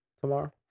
tomorrow